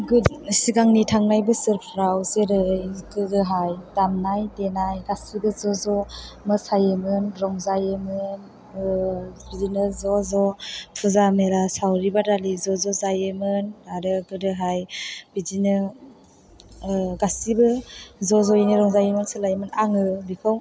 सिगांनि थांनाय बोसोरफोराव जेरै गोदोहाय दामनाय देनाय गासैबो ज' ज' मोसायोमोन रंजायोमोन बिदिनो ज' ज' फुजा मेला सावरि बादालि ज' ज' जायोमोन आरो गोदोहाय बिदिनो गासैबो ज' ज'यैनो रंजायोमोन सोंलायोमोन आङो बेखौ